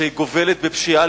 שגובלת בפשיעה